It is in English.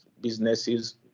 businesses